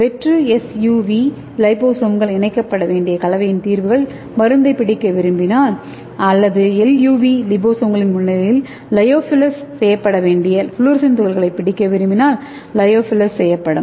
வெற்று எஸ்யூவி லிபோசோம்கள் இணைக்கப்பட வேண்டிய கலவையின் தீர்வுகள் மருந்தைப் பிடிக்க விரும்பினால் அல்லது எஸ்யூவி லிபோசோம்களின் முன்னிலையில் லயோபிலிஸ் செய்யப்பட வேண்டிய ஃப்ளோரசன்ட் துகள்களைப் பிடிக்க விரும்பினால் லயோபிலிஸ் செய்யப்படும்